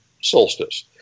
solstice